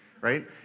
right